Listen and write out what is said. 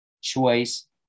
choice